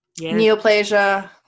Neoplasia